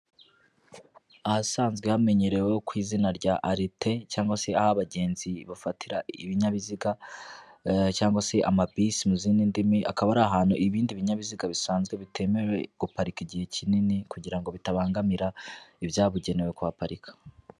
Ahasanzwe hamenyerewe ku izina rya alete cyangwa se aho abagenzi bafatira ibinyabiziga, cyangwa se amabisi mu zindi ndimi, hakaba ari ahantu ibindi binyabiziga bisanzwe bitemewe guparika igihe kinini, kugira ngo bitabangamira, ibyabugenewe kuhaparika.